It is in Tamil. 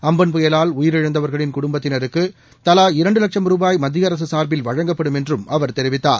அப்பன் புயலால் உயிரிழந்தவர்களின் குடும்பத்தினருக்கு தலா இரண்டு லட்சும் ரூபாய் மத்திய அரசு சார்பில் வழங்கப்படும் என்றும் அவர் தெரிவித்தார்